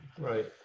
Right